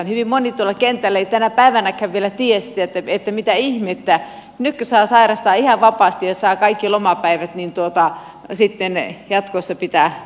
hyvin moni tuolla kentällä ei vielä tänä päivänäkään tiedä sitä että mitä ihmettä nytkö saa sairastaa ihan vapaasti ja saa kaikki lomapäivät sitten jatkossa pitää uudelleen